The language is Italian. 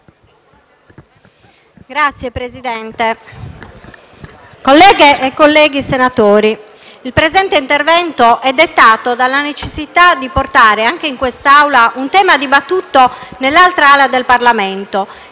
Signor Presidente, colleghe e colleghi senatori, il presente intervento è dettato dalla necessità di portare anche in quest'Aula un tema dibattuto nell'altra ala del Parlamento,